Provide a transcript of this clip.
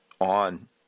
on